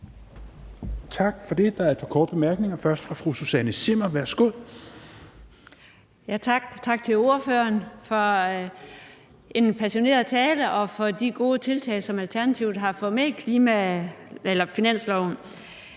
Tak for det. Der er et par korte bemærkninger. Først er det fra fru Susanne Zimmer. Værsgo. Kl. 16:06 Susanne Zimmer (FG): Tak, og tak til ordføreren for en passioneret tale og for de gode tiltag, som Alternativet har fået med i finansloven.